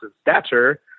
stature